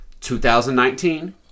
2019